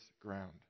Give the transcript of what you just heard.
ground